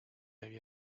había